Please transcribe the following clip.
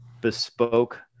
bespoke